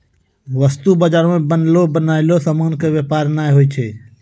वस्तु बजारो मे बनलो बनयलो समानो के व्यापार नै होय छै